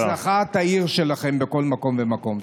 להצלחת העיר שלכם בכל מקום ומקום.